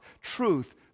truth